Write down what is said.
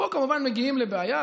פה כמובן מגיעים לבעיה,